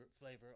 flavor